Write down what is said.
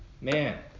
man